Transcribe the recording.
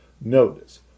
Notice